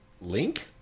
Link